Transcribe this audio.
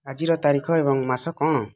ଆଜିର ତାରିଖ ଏବଂ ମାସ କ'ଣ